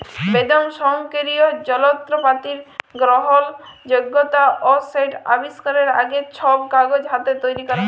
বেদম স্বয়ংকিরিয় জলত্রপাতির গরহলযগ্যতা অ সেট আবিষ্কারের আগে, ছব কাগজ হাতে তৈরি ক্যরা হ্যত